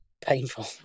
Painful